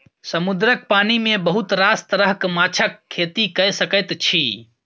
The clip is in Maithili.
समुद्रक पानि मे बहुत रास तरहक माछक खेती कए सकैत छी